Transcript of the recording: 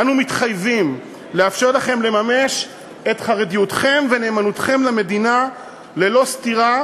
אנו מתחייבים לאפשר לכם לממש את חרדיותכם ונאמנותכם למדינה ללא סתירה,